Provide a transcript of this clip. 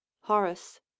horace